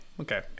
Okay